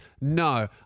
No